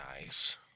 nice